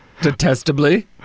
Detestably